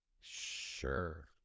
Sure